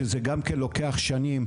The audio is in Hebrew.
שזה גם לוקח שנים.